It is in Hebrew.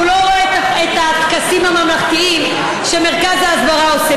והוא לא רואה את הטקסים הממלכתיים שמרכז ההסברה עושה.